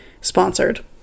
sponsored